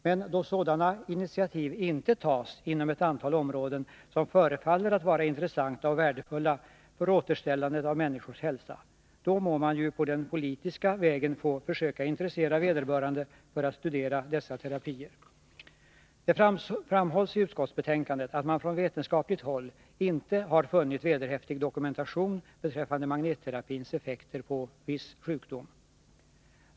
Men då sådana initiativ inte tas inom ett antal områden som förefaller att vara intressanta och värdefulla för återställandet av människors hälsa, då må man ju på den politiska vägen få försöka intressera vederbörande för att studera dessa terapier. Det framhålls i utskottsbetänkandet att man från vetenskapligt håll inte har funnit vederhäftig dokumentation beträffande magnetterapins effekter på viss sjukdom.